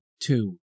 Two